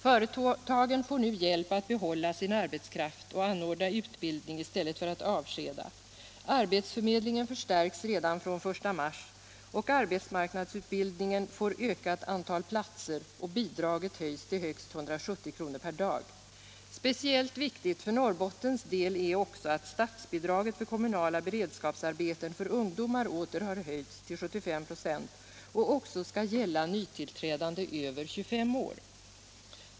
Företagen får nu hjälp att behålla sin arbetskraft och anordna utbildning i stället för att avskeda, arbetsförmedlingen förstärks redan från den 1 mars, arbetsmarknadsutbildningen får ett ökat antal platser och bidraget höjs till högst 170 kr. per dag. Speciellt viktigt för Norrbottens del är också att statsbidraget för kommunala beredskapsarbeten för ungdomar åter har höjts till 75 96 och också skall gälla nytillträdande över 25 år.